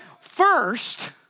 first